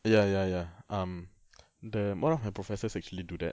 ya ya ya um the one of the professors actually do that